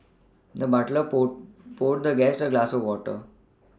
the butler pull poured the guest a glass of water